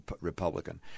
Republican